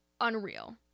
unreal